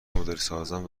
مدلسازان